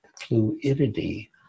fluidity